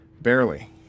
Barely